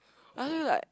I also like